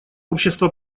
общество